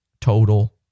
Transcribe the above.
Total